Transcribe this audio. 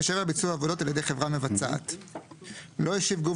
ביצוע עבודות על ידי חברה מבצעת 57. (א)לא השיב גוף